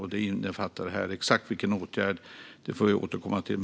Exakt vilka åtgärder det innefattar får vi återkomma till.